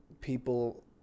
people